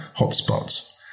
hotspots